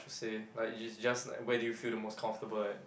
to say like you just like where do you feel the most comfortable like that